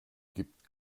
gibt